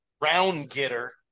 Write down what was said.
round-getter